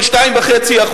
של 2.5%,